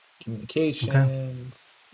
Communications